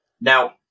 Now